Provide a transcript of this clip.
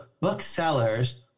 booksellers